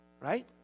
Right